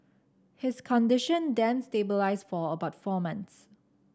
his condition then stabilised for about four months